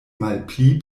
malpli